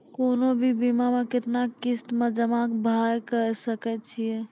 कोनो भी बीमा के कितना किस्त मे जमा भाय सके छै?